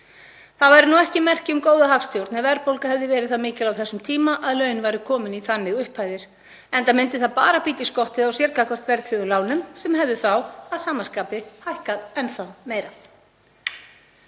Það væri nú ekki merki um góða hagstjórn ef verðbólga hefði verið það mikil á þessum tíma að laun væru komin í þannig upphæðir enda myndi það bara bíta í skottið á sér gagnvart verðtryggðum lánum sem hefðu þá að sama skapi hækkað enn þá meira.